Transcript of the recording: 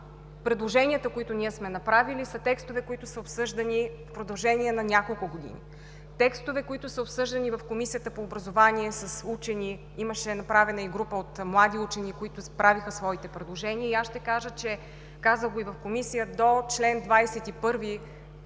предложенията, които сме направили, са текстове, които са обсъждани в продължение на няколко години, текстове, които са обсъждани в Комисията по образованието с учени. Имаше направена и група от млади учени, които направиха своите предложения, и аз ще кажа, казах го и в Комисията – до чл. 21 и